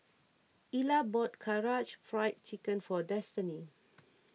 Ilah bought Karaage Fried Chicken for Destini